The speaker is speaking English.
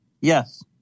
Yes